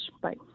bye